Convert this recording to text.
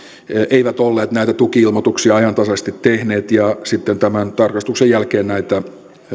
eivät olleet näitä tuki ilmoituksia ajantasaisesti tehneet ja sitten tämän tarkastuksen jälkeen näitä